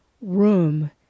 room